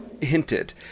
hinted